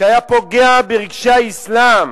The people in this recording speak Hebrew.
שהיה פוגע ברגשי האסלאם,